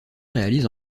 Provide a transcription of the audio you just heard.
réalise